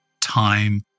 time